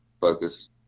focus